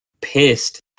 pissed